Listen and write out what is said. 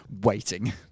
waiting